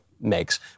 makes